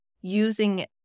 using